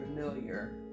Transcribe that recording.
familiar